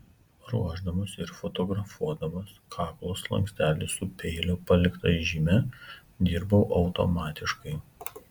ruošdamas ir fotografuodamas kaklo slankstelį su peilio palikta žyme dirbau automatiškai